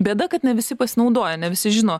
bėda kad ne visi pasinaudoja ne visi žino